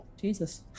Jesus